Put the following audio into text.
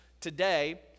today